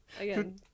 Again